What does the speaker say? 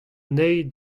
anezhi